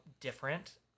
different